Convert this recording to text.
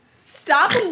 stop